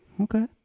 Okay